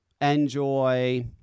Enjoy